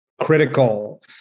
critical